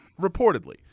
reportedly